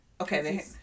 Okay